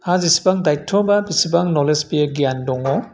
हा जेसेबां दाइत्य बा बिसिबां नलेज बियो गियान दङ